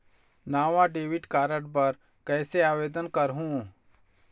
नावा debit card बर कैसे आवेदन करहूं?